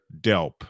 Delp